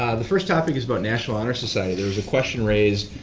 the first topic is about national honor society. there was a question raised,